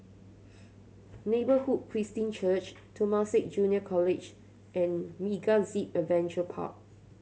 Neighbourhood Christian Church Temasek Junior College and MegaZip Adventure Park